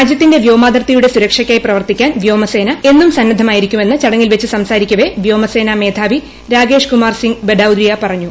രാജ്യത്തിന്റെ വ്യോമാതിർത്തിയുടെ സുരക്ഷയ്ക്കായി പ്രവർത്തിക്കാൻ വ്യോമസേന എന്നും സ്നെദ്ധമായിരിക്കുമെന്ന് ചടങ്ങിൽ വെച്ച് സംസാരിക്കവെ വ്യോമസ്നേനാ മേധാവി രാകേഷ്കുമാർസിംഗ് ബഡൌരിയ പറഞ്ഞു